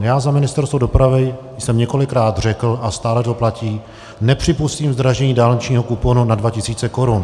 Já za Ministerstvo dopravy jsem několikrát řekl, a stále to platí, nepřipustím zdražení dálničního kuponu na 2 000 korun.